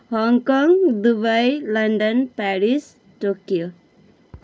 Hong Kong Dubai London Paris Tokyo